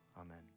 Amen